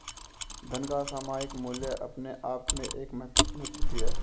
धन का सामयिक मूल्य अपने आप में एक महत्वपूर्ण स्थिति है